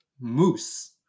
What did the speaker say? moose